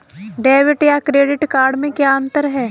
Debit या credit card में क्या अन्तर है?